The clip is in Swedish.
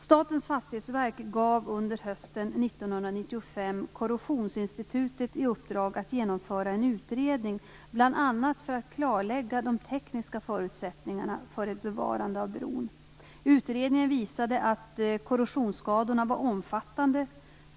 Statens fastighetsverk gav under hösten 1995 Korrosionsinstitutet i uppdrag att genomföra en utredning bl.a. för att klarlägga de tekniska förutsättningarna för ett bevarande av bron. Utredningen visade att korrosionsskadorna var omfattande.